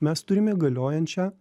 mes turime galiojančią